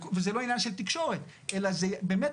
זה לא עניין של תקשורת,